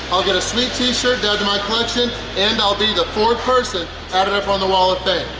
i'll get a sweet t-shirt to add to my collection and i'll be the fourth person added up on the wall of fame.